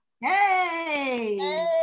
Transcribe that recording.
Hey